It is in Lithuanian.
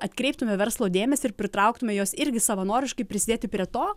atkreiptume verslo dėmesį ir pritrauktume juos irgi savanoriškai prisidėti prie to